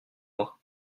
moi